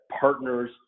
partners